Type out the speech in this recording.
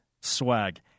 swag